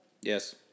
Yes